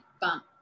bump